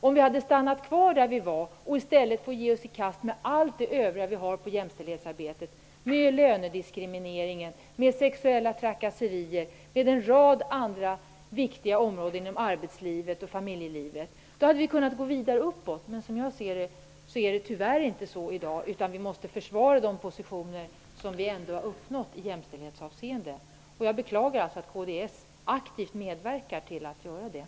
Om vi hade stannat kvar där vi var och hade gett oss i kast med övriga frågor när det gäller jämställdhetsarbetet -- det gäller då lönediskriminering, sexuella trakasserier och en rad andra viktiga områden inom arbetslivet och familjelivet -- skulle vi ha kunnat gå vidare, uppåt. Som jag ser saken är det, tyvärr, inte så i dag. Vi måste ju försvara de positioner som vi ändå har uppnått i jämställdhetsavseende. Jag beklagar alltså att kds aktivt medverkar i nämnda avseende.